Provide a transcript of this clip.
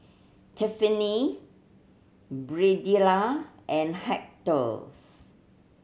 Tiffani Birdella and Hector's